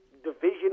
division